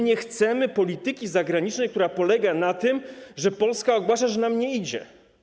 Nie chcemy polityki zagranicznej, która polega na tym, że Polska ogłasza, że nam nie idzie.